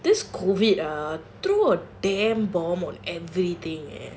this COVID ah threw a damn bomb on everything eh